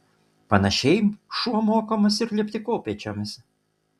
panašiai šuo mokomas ir lipti kopėčiomis